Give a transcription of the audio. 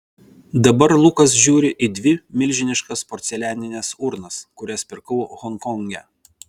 dabar lukas žiūri į dvi milžiniškas porcelianines urnas kurias pirkau honkonge